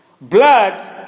Blood